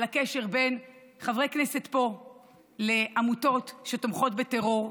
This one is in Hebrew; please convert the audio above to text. על הקשר בין חברי כנסת פה לעמותות שתומכות בטרור,